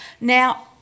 Now